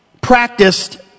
practiced